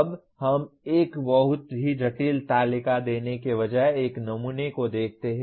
अब हम एक बहुत ही जटिल तालिका देने के बजाय एक नमूने को देखते हैं